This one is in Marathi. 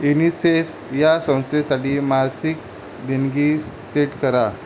युनिसेफ या संस्थेसाठी मासिक देणगी सेट करा